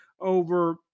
over